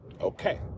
Okay